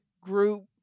group